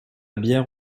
bière